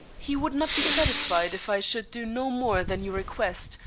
he would not be satisfied if i should do no more than you request,